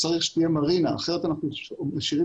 שתהיה מרינה כי אחרת אנחנו משאירים